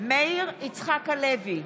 מאיר יצחק הלוי,